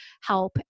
help